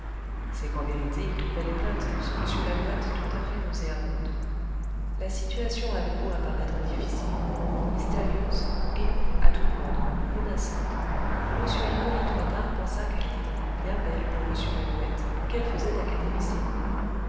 c'est qu'en vérité il trouvait les plaintes de ce m lalouette tout à fait nauséabondes la situation avait beau apparaître difficile mystérieuse et à tout prendre menaçante m hippolyte patard pensa qu'elle était encore bien belle pour m lalouette qu'elle faisait académicien